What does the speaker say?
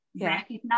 Recognize